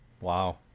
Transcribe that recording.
Wow